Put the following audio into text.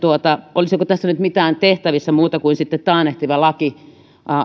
olisiko tässä nyt sitten tehtävissä mitään muuta kuin taannehtiva laki